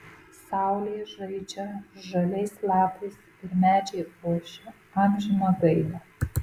saulė žaidžia žaliais lapais ir medžiai ošia amžiną gaidą